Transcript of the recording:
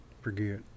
forget